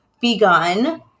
begun